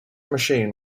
machine